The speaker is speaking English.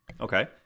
Okay